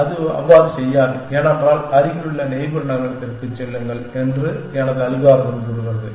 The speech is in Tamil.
ஆனால் அது அவ்வாறு செய்யாது ஏனென்றால் அருகிலுள்ள நெய்பர் நகரத்திற்குச் செல்லுங்கள் என்று எனது அல்காரிதம் கூறுகிறது